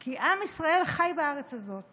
כי עם ישראל חי בארץ הזאת